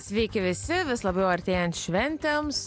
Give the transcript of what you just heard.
sveiki visi vis labiau artėjant šventėms